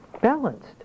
balanced